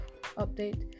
update